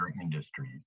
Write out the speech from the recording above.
industries